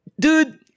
Dude